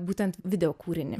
būtent video kūrinį